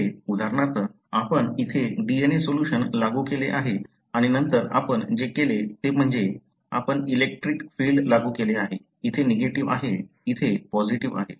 इथे उदाहरणार्थ आपण इथे DNA सोल्यूशन लागू केले आहे आणि नंतर आपण जे केले ते म्हणजे आपण इलेक्ट्रिक फील्ड लागू केले आहे इथे निगेटिव्ह आहे इथे पॉसिटीव्ह आहे